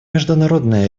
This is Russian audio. международной